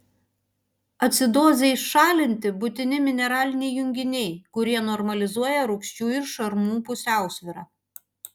acidozei šalinti būtini mineraliniai junginiai kurie normalizuoja rūgščių ir šarmų pusiausvyrą